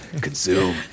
Consume